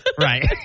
right